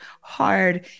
hard